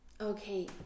okay